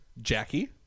Jackie